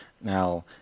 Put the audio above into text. Now